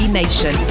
nation